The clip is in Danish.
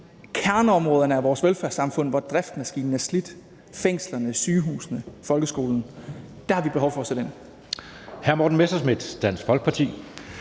kerneområderne i vores velfærdssamfund: fængslerne, sygehusene, folkeskolen. Der har vi behov for at sætte ind.